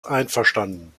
einverstanden